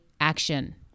action